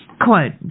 Quote